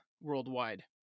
worldwide